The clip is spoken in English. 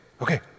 okay